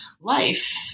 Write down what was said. life